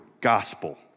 gospel